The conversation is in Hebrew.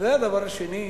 והדבר השני,